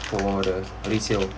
for the resale